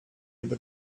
able